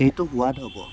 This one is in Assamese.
এইটো সোৱাদ হ'ব